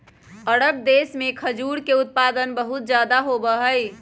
अरब देश में खजूर के उत्पादन बहुत ज्यादा होबा हई